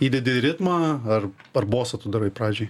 įdedi ritmą ar ar bosą tu darai pradžiai